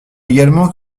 également